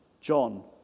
John